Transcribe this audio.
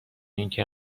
اینکه